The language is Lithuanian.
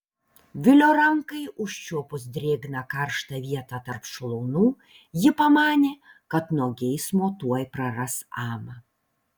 vilio rankai užčiuopus drėgną karštą vietą tarp šlaunų ji pamanė kad nuo geismo tuoj praras amą